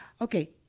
okay